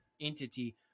entity